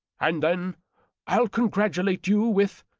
and then i'll congratulate you with.